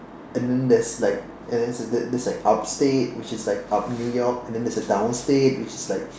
and then there's like and the there's there's like upstate which is like up New York and there's a downstate which is like